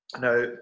Now